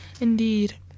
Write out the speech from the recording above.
Indeed